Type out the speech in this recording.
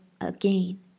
again